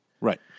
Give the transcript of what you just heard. Right